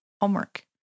homework